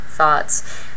thoughts